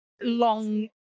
long